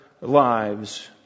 lives